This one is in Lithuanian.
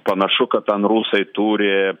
panašu kad ten rusai turi